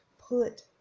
put